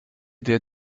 der